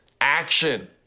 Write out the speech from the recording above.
Action